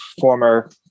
former